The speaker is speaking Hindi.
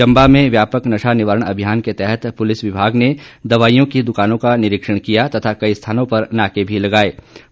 चंबा में व्यापक नशा निवारण अभियान के तहत पुलिस विभाग द्वारा दवाइयों की दुकानों की चेकिंग की गई तथा कई स्थानों पर नाके भी लगाए गए